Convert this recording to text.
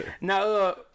Now